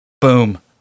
Boom